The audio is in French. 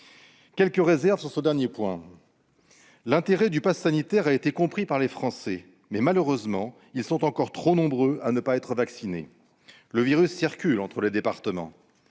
Quelques réserves sur ce dernier point : l'intérêt du passe sanitaire a été compris par les Français, mais, malheureusement, ils sont encore trop nombreux à ne pas être vaccinés. Le virus circule entre les départements.